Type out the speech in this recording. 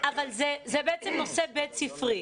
זה בעצם נושא בית ספרי.